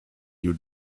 you